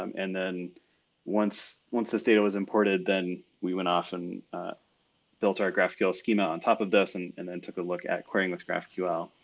um and then once once this data was imported, then we went off and built our graphql schema on top of this. and and then took a look at querying with graphql.